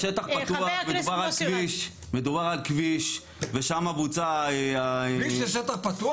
שטח פתוח מדובר על כביש ושמה בוצע --- כביש זה שטח פתוח?